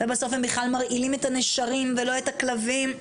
ובסוף הם בכלל מרעילים את הנשרים ולא את הכלבים.